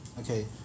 Okay